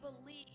believe